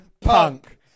Punk